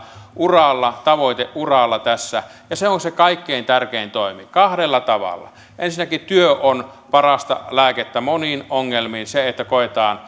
uralla tavoiteuralla tässä ja se on se kaikkein tärkein toimi kahdella tavalla ensinnäkin työ on parasta lääkettä moniin ongelmiin se että koemme